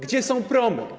Gdzie są promy?